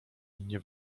nie